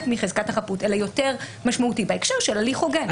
מחזקת החפות אלא יותר משמעותי בהקשר של הליך הוגן.